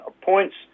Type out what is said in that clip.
points